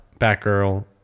Batgirl